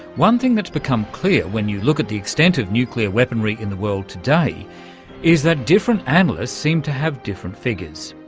one thing that's become clear when you look at the extent of nuclear weaponry in the world today is that different analysts seem to have different figures.